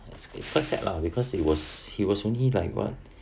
it's quite sad lah because it was he was only like what